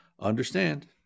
understand